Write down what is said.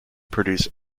produce